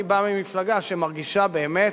אני בא ממפלגה שמרגישה באמת